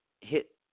hit